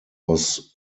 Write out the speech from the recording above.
was